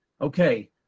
Okay